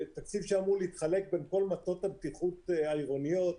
תקציב שאמור להתחלק בין כל מטות הבטיחות העירוניים,